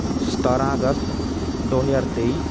ਸਤਾਰ੍ਹਾਂ ਅਗਸਤ ਦੋ ਹਜ਼ਾਰ ਤੇਈ